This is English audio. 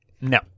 No